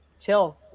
chill